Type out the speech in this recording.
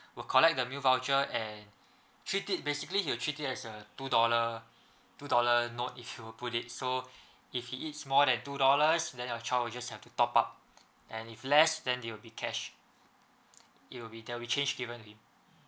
will collect the meal voucher and treat it basically he will treat it as uh two dollar two dollar note if you put it so if he eats more than two dollar rice then your child will just have to top up and if less then there will be cash it will be that will change differently